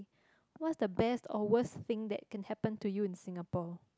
what's the best or worst thing that can happen to you in Singapore